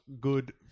good